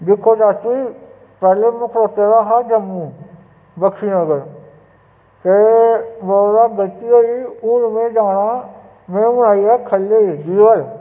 दिक्खो चाचू जी पैह्ले में खड़ोते दा हा जम्मू बक्शीनगर ते ओह्दे ते गलती होई गेई हून में जा ना में हून आई गेआ खल्लें'ई जीवल